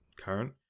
current